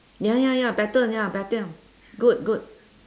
ya ya ya better ya better good good